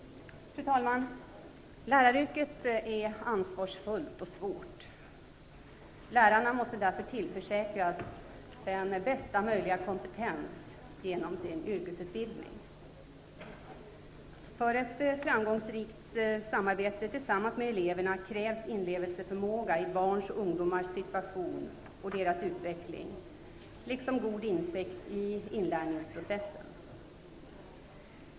Fru talman! Läraryrket är ansvarsfullt och svårt. Lärarna måste därför tillförsäkras bästa möjliga kompetens genom sin yrkesutbildning. För ett framgångsrikt arbete tillsammans med eleverna krävs förmåga till inlevelse i barns och ungdomars situation och deras utveckling liksom god insikt i inlärningsprocessen.